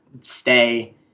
stay